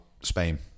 Spain